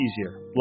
easier